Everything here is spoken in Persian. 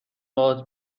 باهات